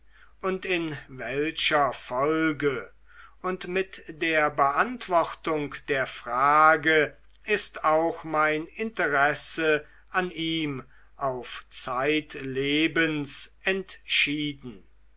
und in welcher folge und mit der beantwortung der frage ist auch mein interesse an ihm auf zeitlebens entschieden